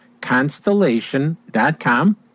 constellation.com